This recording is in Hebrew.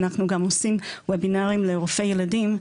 אנחנו גם עושים וובינרים לרופאי ילדים,